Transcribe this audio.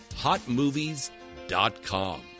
HotMovies.com